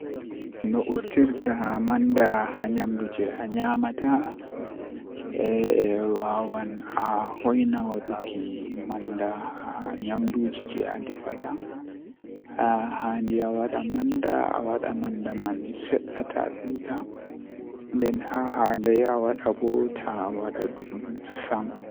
Ko mi bura yiduki laata mi waawi kanjum woni likitaaku mi yidi mi warta dokta ngam mi tokka wallugo himbe to goddo nyawdo malla don laawol mayugo mi laara mi hisni yonki maako.